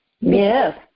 Yes